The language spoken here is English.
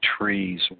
trees